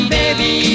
baby